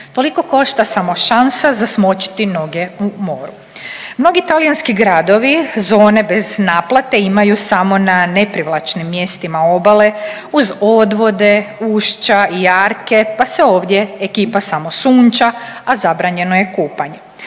Toliko košta samo šansa za smočiti noge u moru. Mnogi talijanski gradovi zone bez naplate imaju samo na neprivlačnim mjestima obale uz odvode, ušća i jarke pa se ovdje ekipa samo sunča, a zabranjeno je kupanje.